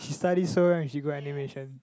she studies so wekl she go animation